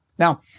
Now